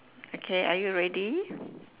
okay are you ready